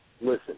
listen